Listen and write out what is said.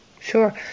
Sure